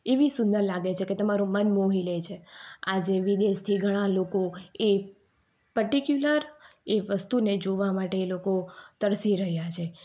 એવી સુંદર લાગે છે કે તમારું મન મોહી લે છે આજે વિદેશથી ઘણા આ લોકો એ પર્ટીક્યુલર એ વસ્તુને જોવા માટે લોકો તરસી રહ્યા છે